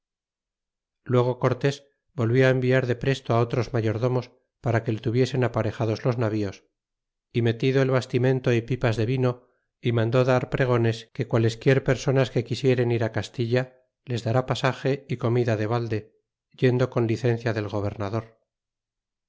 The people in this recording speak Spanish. luego cortés volvió embiar de presto otros mayordomos para que le tuviesen aparejados los navíos é metido el bastimento é pipas de vino y mandó dar pregones que qualesquier personas que quisieren ir castilla les dará pasage y comida de valde yendo con licencia del gobernador